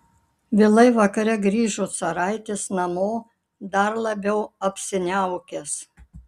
vėlai vakare grįžo caraitis namo dar labiau apsiniaukęs